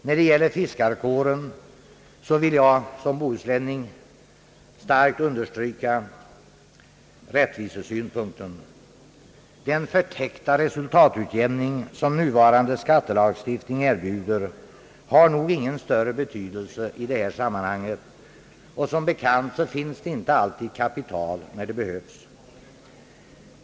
När det gäller fiskarkåren vill jag som bohuslänning starkt understryka rättvisesynpunkten. Den förtäckta resultatutjämning, som nuvarande skattelagstiftning ger möjlighet till, har nog ingen större betydelse i detta samman hang. Som bekant finns inte alltid kapital när det behövs.